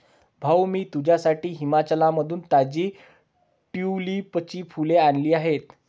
भाऊ, मी तुझ्यासाठी हिमाचलमधून ताजी ट्यूलिपची फुले आणली आहेत